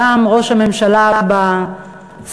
גם ראש הממשלה הבא,